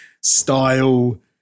style